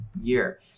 year